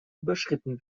überschritten